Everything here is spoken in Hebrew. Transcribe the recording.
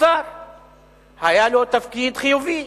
והיה לו תפקיד חיובי,